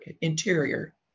interior